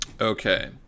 Okay